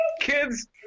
Kids